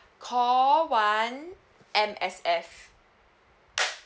call one M_S_F